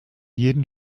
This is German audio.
jeden